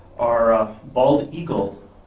our bald eagle,